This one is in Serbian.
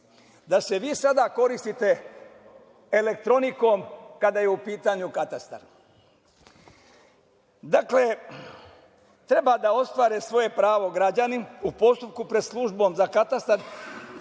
da se vi sada koristite elektronikom kada je u pitanju katastar. Dakle, treba da ostvare svoje pravo građani u postupku pred službom za katastar,